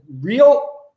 real